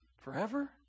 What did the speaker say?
Forever